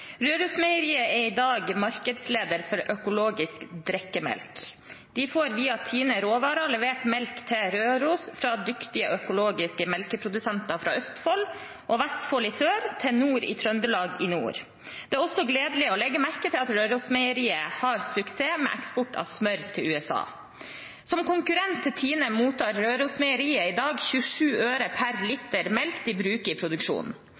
er i dag markedsleder for økologisk drikkemelk. De får via Tine Råvare levert melk til Røros fra dyktige økologiske melkeprodusenter fra Østfold og Vestfold i sør til nord i Trøndelag i nord. Det også gledelig å legge merke til at Rørosmeieriet har suksess med eksport av smør til USA. Som konkurrent til Tine mottar Rørosmeieriet i dag 27 øre per liter melk de bruker i produksjonen.